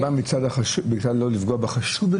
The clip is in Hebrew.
עוד לפני שהוגש נגדו כתב אישום,